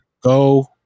go